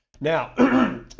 Now